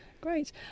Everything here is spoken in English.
Great